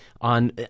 on